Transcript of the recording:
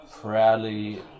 proudly